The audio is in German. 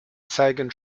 zeigen